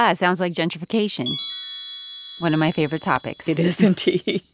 ah sounds like gentrification one of my favorite topics it is indeed.